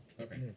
Okay